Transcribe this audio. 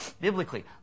Biblically